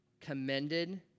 commended